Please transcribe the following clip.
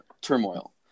turmoil